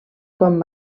quan